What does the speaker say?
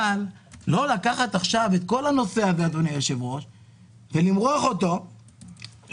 אבל לא לקחת עכשיו את כל הנושא הגדול ולמרוח אותו לעוד